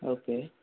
okay